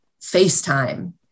FaceTime